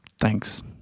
thanks